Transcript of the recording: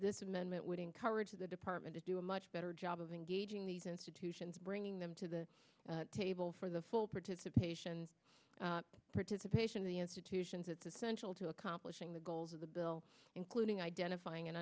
this amendment would encourage the department to do a much better job of engaging these institutions bringing them to the table for the full participation participation of the institutions at the central to accomplishing the goals of the bill including identifying and